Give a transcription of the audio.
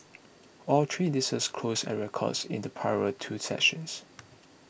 all three indices closed at records in the prior two sessions